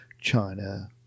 China